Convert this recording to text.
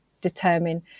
determine